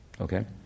Okay